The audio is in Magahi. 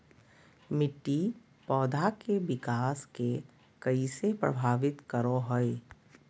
मिट्टी पौधा के विकास के कइसे प्रभावित करो हइ?